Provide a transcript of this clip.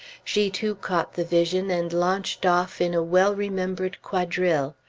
she too caught the vision, and launched off in a well-remembered quadrille.